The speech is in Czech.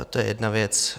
To je jedna věc.